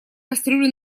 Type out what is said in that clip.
кастрюлю